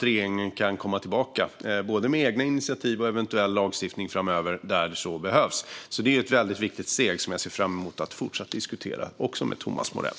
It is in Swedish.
Regeringen kan därefter komma tillbaka både med egna initiativ och eventuell lagstiftning framöver där så behövs. Det är ett väldigt viktigt steg som jag ser fram emot att fortsatt diskutera, även med Thomas Morell.